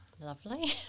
Lovely